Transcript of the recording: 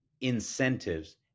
incentives